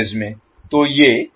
तो ये line current भी हैं